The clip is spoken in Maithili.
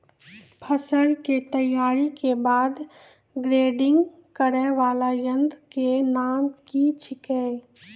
फसल के तैयारी के बाद ग्रेडिंग करै वाला यंत्र के नाम की छेकै?